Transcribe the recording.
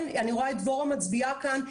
אני רואה את דבורה מצביעה כאן,